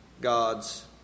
God's